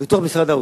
במשרד האוצר.